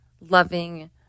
loving